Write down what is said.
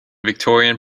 victorian